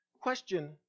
Question